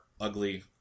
ugly